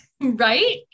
right